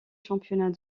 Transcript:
championnats